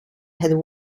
had